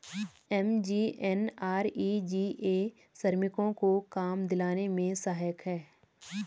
MGNREGA श्रमिकों को काम दिलाने में सहायक है